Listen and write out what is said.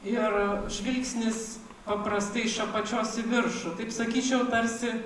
ir žvilgsnis paprastai iš apačios į viršų taip sakyčiau tarsi